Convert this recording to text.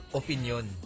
opinion